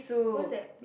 what's that